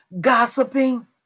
gossiping